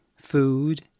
food